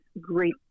great